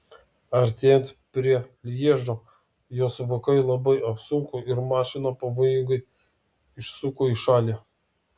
artėjant prie lježo jos vokai labai apsunko ir mašina pavojingai išsuko į šalį